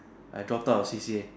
I drop out of C_C_A